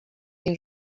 این